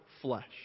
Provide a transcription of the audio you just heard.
flesh